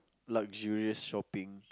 luxurious shopping